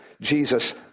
Jesus